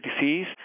disease